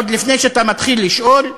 עוד לפני שאתה מתחיל לשאול,